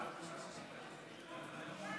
בבקשה, אדוני.